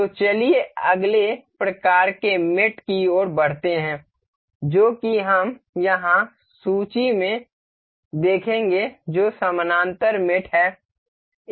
तो चलिए अगले प्रकार के मेट की ओर बढ़ते हैं जो कि हम यहाँ सूची में देखेंगे जो समानांतर मेट है